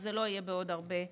וזה לא יהיה בעוד הרבה שעות.